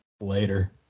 Later